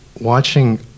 watching